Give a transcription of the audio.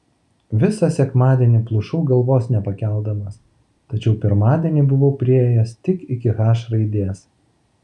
visą sekmadienį plušau galvos nepakeldamas tačiau pirmadienį buvau priėjęs tik iki h raidės